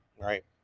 Right